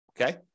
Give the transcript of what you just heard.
okay